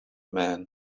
man